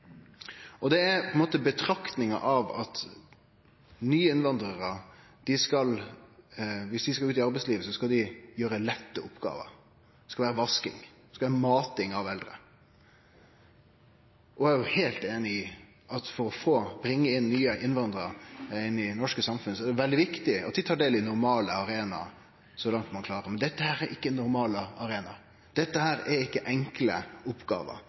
ord for korleis ein skal forklare dette her. For det handlar om menneskesyn. Det er betraktninga at viss nye innvandrarar skal ut i arbeidslivet, skal dei gjere lette oppgåver. Det skal vere vasking, det skal vere mating av eldre. Eg er heilt einig i at for å bringe nye innvandrarar inn i det norske samfunnet er det veldig viktig at dei tar del på normale arenaer så langt ein klarer, men dette er ikkje normale arenaer. Dette er ikkje enkle oppgåver.